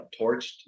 torched